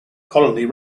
colony